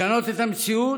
לשנות את המציאות